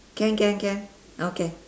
can can can okay